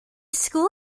school